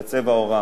זה צבע עורם.